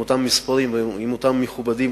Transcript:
עם אותם מספרים ועם אותם מכובדים,